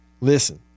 Listen